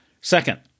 Second